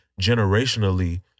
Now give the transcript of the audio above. generationally